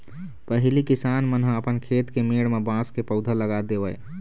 पहिली किसान मन ह अपन खेत के मेड़ म बांस के पउधा लगा देवय